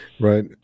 Right